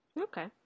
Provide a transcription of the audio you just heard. Okay